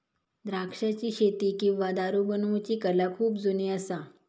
द्राक्षाची शेती किंवा दारू बनवुची कला खुप जुनी असा